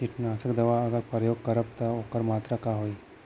कीटनाशक दवा अगर प्रयोग करब त ओकर मात्रा का होई?